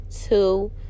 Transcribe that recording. two